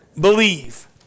Believe